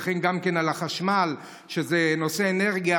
והחשמל זה בנושא האנרגיה,